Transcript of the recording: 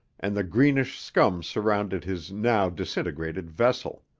and the greenish scum surrounded his now disintegrating vessel.